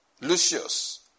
Lucius